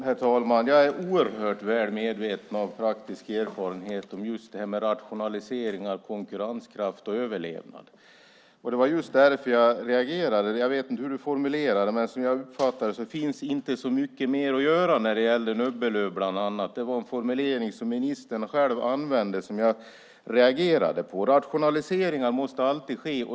Herr talman! Jag är oerhört väl medveten, av praktisk erfarenhet, om rationaliseringar, konkurrenskraft och överlevnad. Det var just därför jag reagerade. Jag vet inte hur Mats Odell formulerade det, men som jag uppfattade det var det att det inte finns så mycket mer att göra när det gäller bland annat Nöbbelöv. Det var en formulering som ministern själv använde som jag reagerade på. Rationaliseringar måste alltid ske.